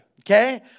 okay